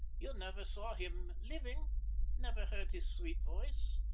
you never saw him living never heard his sweet voice,